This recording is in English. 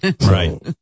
right